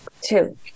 two